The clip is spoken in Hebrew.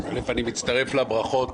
אני מצטרף לברכות